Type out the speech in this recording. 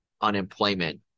unemployment